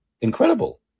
incredible